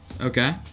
Okay